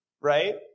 Right